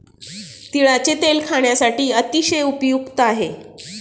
तिळाचे तेल खाण्यासाठी अतिशय उपयुक्त आहे